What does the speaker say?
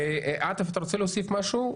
עאטף, אתה רוצה להוסיף משהו?